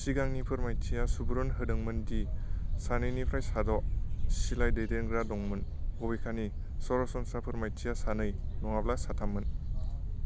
सिगांनि फोरमायथिया सुबुरुन होदोंमोन दि सानैनिफ्राय साद' सिलाइ दैग्रा दंमोन बबेखानि सरासनस्रा फोरमायथिया सानै नङाबा साथाममोन